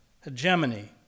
hegemony